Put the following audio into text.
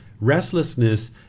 restlessness